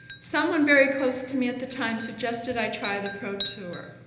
someone very close to me at the time suggested i try the pro tour.